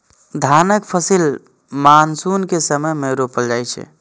धानक फसिल मानसून के समय मे रोपल जाइ छै